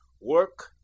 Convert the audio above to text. Work